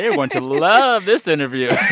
they're going to love this interview